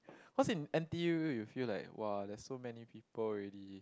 cause in N_T_U you feel like !wah! there are so many people already